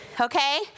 okay